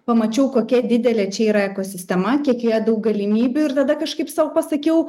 pamačiau kokia didelė čia yra ekosistema kiek joje daug galimybių ir tada kažkaip sau pasakiau